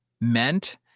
meant